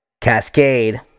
cascade